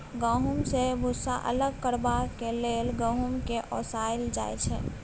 गहुँम सँ भुस्सा अलग करबाक लेल गहुँम केँ ओसाएल जाइ छै